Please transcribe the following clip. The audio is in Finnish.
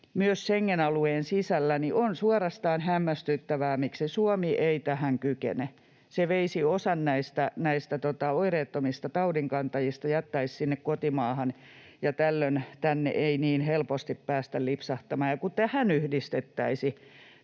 myös Schengen-alueen sisällä, niin on suorastaan hämmästyttävää, miksi Suomi ei tähän kykene. Se veisi osan näistä oireettomista taudinkantajista, jättäisi sinne kotimaahan, ja tällöin tänne ei niin helposti päästä lipsahtamaan. Kun tähän yhdistettäisiin